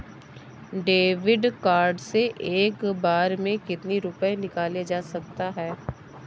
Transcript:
David card से एक बार में कितनी रूपए निकाले जा सकता है?